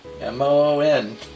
M-O-O-N